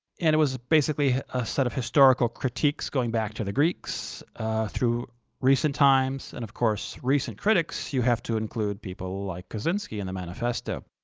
and it was basically a set of historical critiques going back to the greeks through recent times and of course, for recent critics, you have to include people like kaczynski and the manifesto.